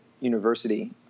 university